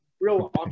Real